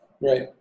Right